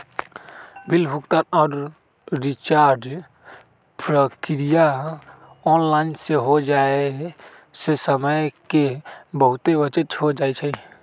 bill भुगतान आऽ recharge प्रक्रिया ऑनलाइन हो जाय से समय के बहुते बचत हो जाइ छइ